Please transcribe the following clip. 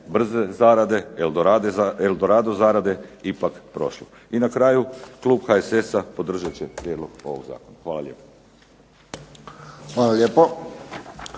brze zarade, el dorado zarade ipak prošlo. I na kraju klub HSS-a podržat će prijedlog ovog zakona. Hvala lijepo.